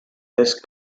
this